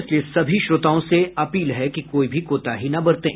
इसलिए सभी श्रोताओं से अपील है कि कोई भी कोताही न बरतें